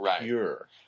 pure